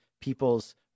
people's